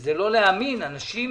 זה לא להאמין, אנשים